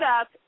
up